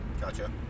Gotcha